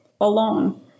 alone